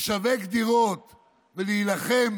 לשווק דירות ולהילחם